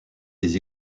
des